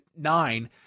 nine